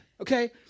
okay